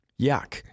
Yuck